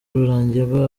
rurangirwa